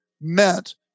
meant